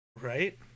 right